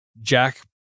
Jack